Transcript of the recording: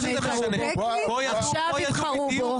עכשיו יבחרו בו.